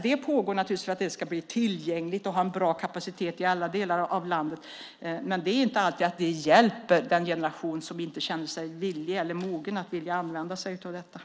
Det pågår för att det ska bli tillgängligt och ha bra kapacitet i alla delar av landet, men det hjälper inte alltid den generation som inte känner sig villig eller mogen att använda sig av detta.